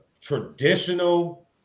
traditional